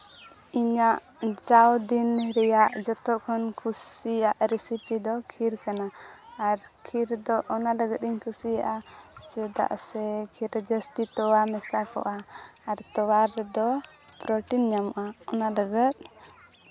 ᱤᱧᱟᱜ ᱡᱟᱣ ᱫᱤᱱ ᱨᱮᱭᱟᱜ ᱡᱚᱛᱚ ᱠᱷᱚᱱ ᱠᱩᱥᱤᱭᱟᱜ ᱨᱮᱥᱤᱯᱤ ᱫᱚ ᱠᱷᱤᱨ ᱠᱟᱱᱟ ᱟᱨ ᱠᱷᱤᱨ ᱫᱚ ᱚᱱᱟ ᱞᱟᱹᱜᱤᱫ ᱤᱧ ᱠᱩᱥᱤᱭᱟᱜᱼᱟ ᱪᱮᱫᱟᱜ ᱥᱮ ᱠᱷᱤᱨ ᱨᱮ ᱡᱟᱹᱥᱛᱤ ᱛᱚᱣᱟ ᱢᱮᱥᱟ ᱠᱚᱜᱼᱟ ᱟᱨ ᱛᱚᱣᱟ ᱨᱮᱫᱚ ᱯᱨᱚᱴᱤᱱ ᱧᱟᱢᱚᱜᱼᱟ ᱚᱱᱟ ᱞᱟᱹᱜᱤᱫ